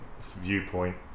viewpoint